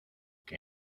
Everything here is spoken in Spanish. que